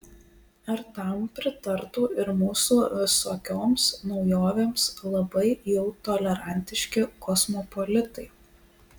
ar tam pritartų ir mūsų visokioms naujovėms labai jau tolerantiški kosmopolitai